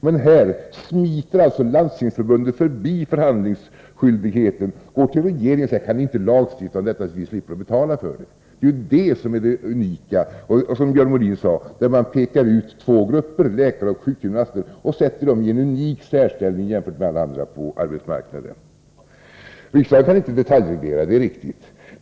Men här smiter alltså Landstingsförbundet förbi förhandlingsskyldigheten och går till regeringen och säger: Kan ni inte lagstifta om detta så att vi slipper betala för det! — Det är ju det som är det unika. Som Björn Molin sade, pekar man ut två grupper, läkare och sjukgymnaster, och sätter dem i en unik särställning jämfört med alla andra på arbetsmarknaden. Riksdagen kan inte detaljreglera — det är riktigt.